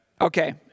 Okay